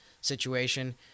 situation